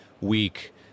Week